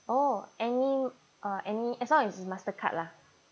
oh any uh any as long as it's mastercard lah